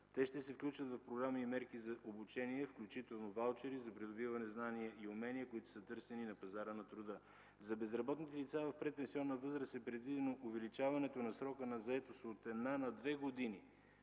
Те ще се включват в програми и мерки за обучение, включително ваучери за придобиване на знания и умения, които са търсени на пазара на труда. За безработните лица в предпенсионна възраст е предвидено увеличаването на срока на заетост от 1 на 2 години